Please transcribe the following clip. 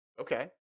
Okay